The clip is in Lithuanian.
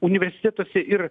universitetuose ir